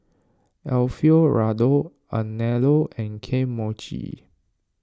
Alfio Raldo Anello and Kane Mochi